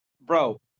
bro